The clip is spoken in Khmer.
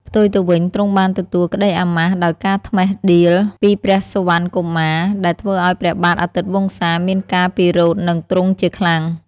ផ្ទុយទៅវិញទ្រង់បានទទួលក្តីអាម៉ាសដោយការត្មិះដៀលពីព្រះសុវណ្ណកុមារ ដែលធ្វើឱ្យព្រះបាទអាទិត្យវង្សាមានការពិរោធនឹងទ្រង់ជាខ្លាំង។